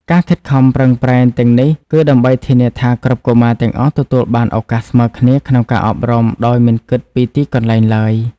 ការខិតខំប្រឹងប្រែងទាំងនេះគឺដើម្បីធានាថាគ្រប់កុមារទាំងអស់ទទួលបានឱកាសស្មើគ្នាក្នុងការអប់រំដោយមិនគិតពីទីកន្លែងឡើយ។